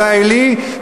ישראלי,